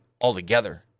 altogether